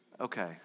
Okay